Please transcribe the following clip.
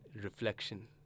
reflection